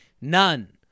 None